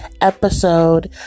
episode